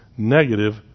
Negative